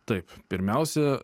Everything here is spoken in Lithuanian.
taip pirmiausia